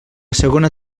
segona